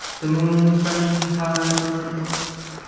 the moon freshly high above the oaks,